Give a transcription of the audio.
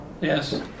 Yes